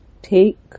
take